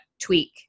tweak